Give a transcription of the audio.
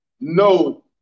No